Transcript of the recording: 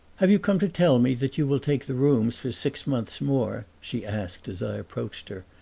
have you come to tell me that you will take the rooms for six months more? she asked as i approached her,